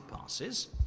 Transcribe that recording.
passes